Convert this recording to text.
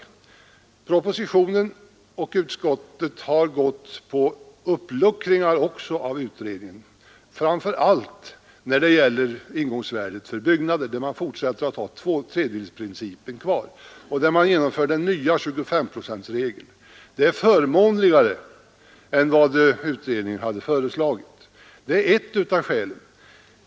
I propositionen och i utskottets betänkande har det föreslagits uppluckringar av utredningen, framför allt när det gäller ingångsvärdet för byggnader; man vill ha kvar 2/3-principen och man vill genomföra den nya 25-procentsregeln. Det är förmånligare än vad utredningen hade föreslagit — det är ett av skälen.